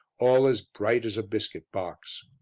all as bright as a biscuit-box.